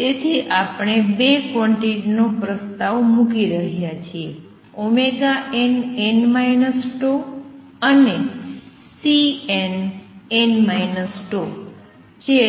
તેથીઆપણે ૨ quantity નો પ્રસ્તાવ મૂકી રહ્યા છીએ nn τ અને Cnn τ જે